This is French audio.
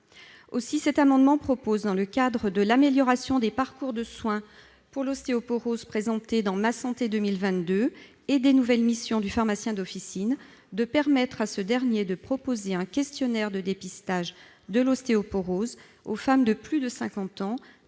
Aussi proposons-nous, dans le cadre de l'amélioration des parcours de soins pour l'ostéoporose présentée au sein du plan Ma santé 2022 et des nouvelles missions du pharmacien d'officine, de permettre à ce dernier de proposer un questionnaire de dépistage de l'ostéoporose aux femmes de plus de 50 ans,